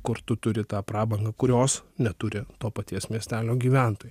kur tu turi tą prabangą kurios neturi to paties miestelio gyventojai